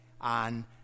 on